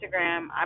Instagram